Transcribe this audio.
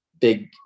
big